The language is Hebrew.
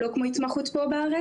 לא כמו התמחות פה בארץ,